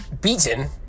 beaten